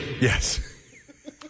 Yes